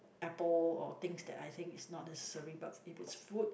apple or things that I think is not necessary but if it's food